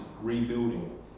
rebuilding